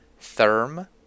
therm